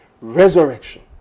resurrection